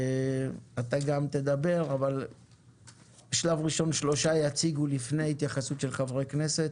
אתה גם תדבר אבל בשלב ראשון שלושה יציגו לפני התייחסות של חברי כנסת,